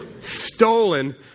Stolen